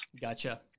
Gotcha